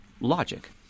logic